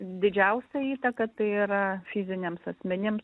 didžiausia įtaka tai yra fiziniams asmenim